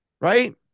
right